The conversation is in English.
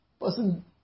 Person